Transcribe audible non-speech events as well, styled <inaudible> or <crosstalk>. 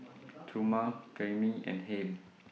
<noise> Truman Karyme and Hale